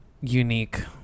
unique